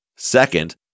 Second